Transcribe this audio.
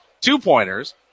two-pointers